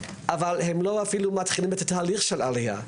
אבל הם לא אפילו מתחילים את התהליך של עליה,